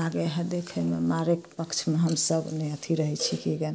लागै है देखैमे मारैक पक्षमे हमसब अथी नहि रहै छी की जानु